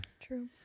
True